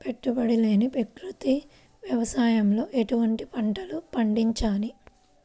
పెట్టుబడి లేని ప్రకృతి వ్యవసాయంలో ఎటువంటి పంటలు పండించాలి?